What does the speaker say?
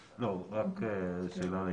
למעשה,